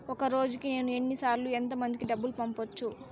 ఒక రోజుకి నేను ఎన్ని సార్లు ఎంత మందికి డబ్బులు పంపొచ్చు?